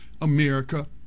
America